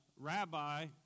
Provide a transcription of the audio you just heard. rabbi